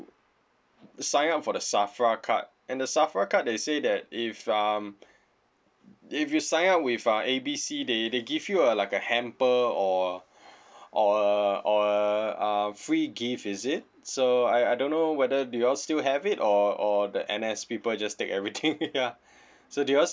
sign up for the SAFRA card and the SAFRA card they say that if um if you sign up with uh A B C they they give you a like a hamper or or or a uh free gift is it so I I don't know whether do you all still have it or or the N_S people just take everything ya so do you all